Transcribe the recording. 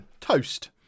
toast